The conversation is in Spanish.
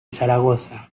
zaragoza